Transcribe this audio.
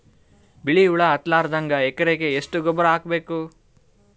ಬಿಳಿ ಹುಳ ಹತ್ತಲಾರದಂಗ ಎಕರೆಗೆ ಎಷ್ಟು ಗೊಬ್ಬರ ಹಾಕ್ ಬೇಕು?